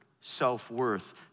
self-worth